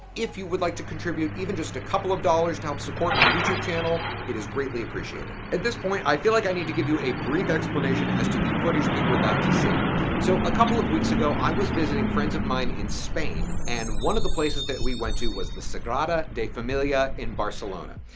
if you would like to contribute even just a couple of dollars to help support my youtube channel, it is greatly appreciated. at this point, i feel like i need to give you a brief explanation as to the footage that you're about to see so a couple of weeks ago, i was visiting friends of mine in spain and one of the places that we went to was the sagrada de familia in barcelona.